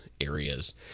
areas